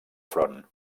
front